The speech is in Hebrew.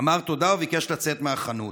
אמר תודה וביקש לצאת מהחנות.